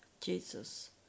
Jesus